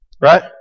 right